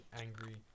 angry